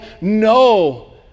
No